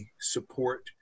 support